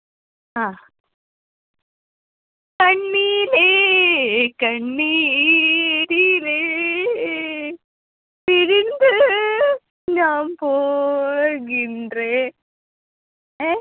അ കണ്ണീരേ കണ്ണീരിലേ പിരിന്ത് ഞാൻ പോകിണ്ട്രെ ഏ